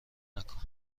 نکن